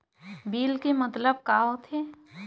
Bill के मतलब का होथे?